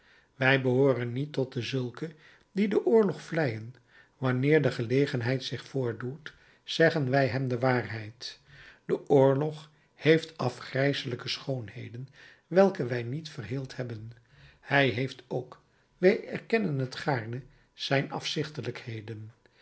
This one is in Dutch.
wij behooren niet tot dezulken die den oorlog vleien wanneer de gelegenheid zich voordoet zeggen wij hem de waarheid de oorlog heeft afgrijselijke schoonheden welke wij niet verheeld hebben hij heeft ook wij erkennen het gaarne zijn afzichtelijkheden